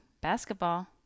basketball